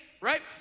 right